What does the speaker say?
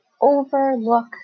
overlook